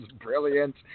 brilliant